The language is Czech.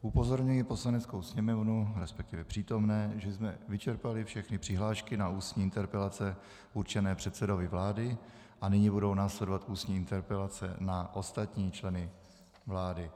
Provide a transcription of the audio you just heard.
Upozorňuji Poslaneckou sněmovnu, resp. přítomné, že jsme vyčerpali všechny přihlášky na ústní interpelace určené předsedovi vlády a nyní budou následovat ústní interpelace na ostatní členy vlády.